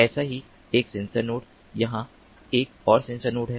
ऐसा ही एक सेंसर नोड यहाँ एक और सेंसर नोड है